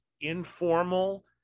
informal